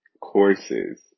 courses